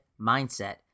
mindset